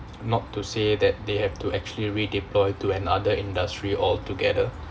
not to say that they have to actually redeploy to another industry altogether